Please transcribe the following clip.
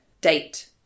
date